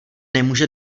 nemůže